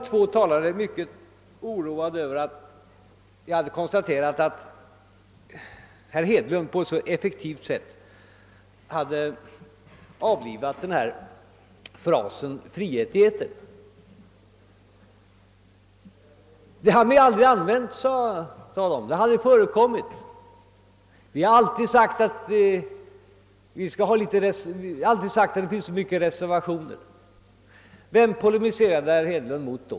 Två talare var här mycket oroade över att jag hade konstaterat att herr Hedlund på ett så effektivt sätt avlivat frasen om frihet i etern. De sade att de aldrig använt denna fras, att de aldrig uttalat någonting sådant och att de aldrig sagt att det förelegat så många reservationer. Vem polemiserade herr Hedlund emot då?